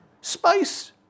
Space